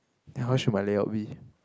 then how should my layout be